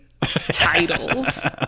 titles